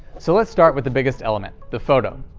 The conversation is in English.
so let's start with the biggest element the photo.